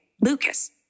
Lucas